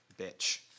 Bitch